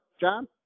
John